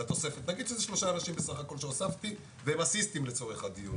נגיד שזה שלושה אנשים בסך הכול שהוספתי והם אסיסטים לצורך הדיון,